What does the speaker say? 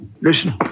Listen